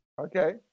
Okay